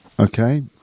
Okay